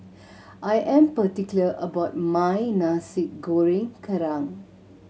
I am particular about my Nasi Goreng Kerang